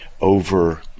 over